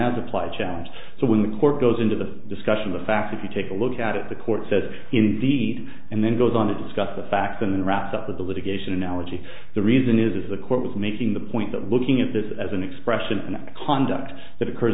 as applied challenge so when the court goes into the discussion the fact if you take a look at the court says indeed and then goes on to discuss the facts and wrapped up with the litigation analogy the reason is the court was making the point that looking at this as an expression and conduct that occurs